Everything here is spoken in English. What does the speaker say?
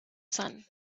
sun